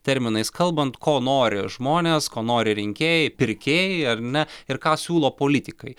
terminais kalbant ko nori žmonės ko nori rinkėjai pirkėjai ar ne ir ką siūlo politikai